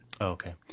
Okay